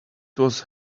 was